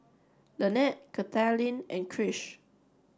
Lanette Kathaleen and Krish